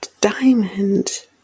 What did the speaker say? Diamond